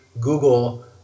Google